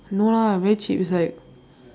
no lah very cheap it's like